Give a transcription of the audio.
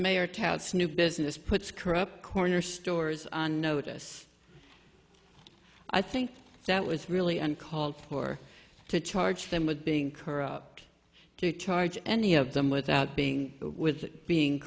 touts new business puts corrupt corner stores on notice i think that was really uncalled for to charge them with being corrupt to charge any of them without being with being